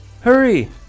Hurry